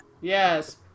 yes